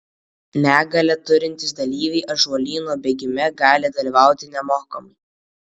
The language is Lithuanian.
negalią turintys dalyviai ąžuolyno bėgime gali dalyvauti nemokamai